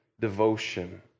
devotion